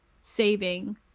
saving